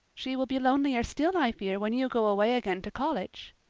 she will be lonelier still, i fear, when you go away again to college,